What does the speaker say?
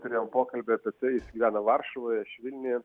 turėjom pokalbį apie tai jis gyvena varšuvoj aš vilniuje